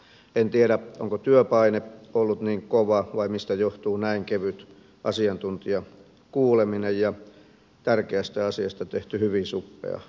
en tiedä onko työpaine ollut niin kova vai mistä johtuu näin kevyt asiantuntijakuuleminen ja tärkeästä asiasta tehty hyvin suppea mietintö